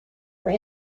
were